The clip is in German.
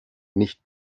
nicht